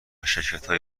شرکتهای